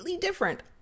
different